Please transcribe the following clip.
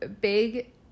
Big